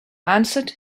answered